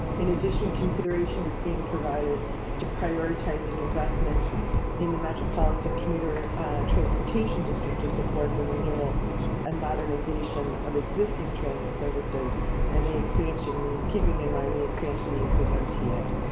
in addition consideration is being provided to prioritizing investments in the metropolitan commuter transportation district to support the renewal and modernization of existing transit services and the expansion needs keeping in mind the expansion needs of mtm.